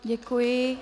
Děkuji.